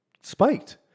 spiked